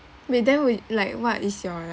wait then wait like what is your